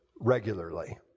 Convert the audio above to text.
regularly